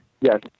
Yes